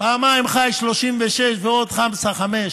פעמיים ח"י, 36, ועוד חמסה, חמש.